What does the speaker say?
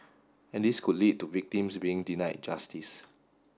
and this could lead to victims being denied justice